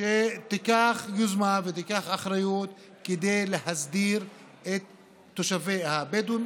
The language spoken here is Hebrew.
שתיקח יוזמה ותיקח אחריות כדי להסדיר את מצב התושבים הבדואים,